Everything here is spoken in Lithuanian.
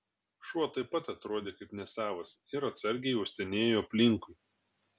šuo taip pat atrodė kaip nesavas ir atsargiai uostinėjo aplinkui